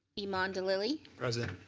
eman dalili. present.